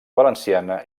valenciana